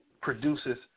produces